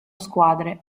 squadre